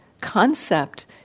concept